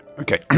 okay